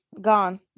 Gone